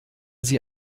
sie